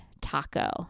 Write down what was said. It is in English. taco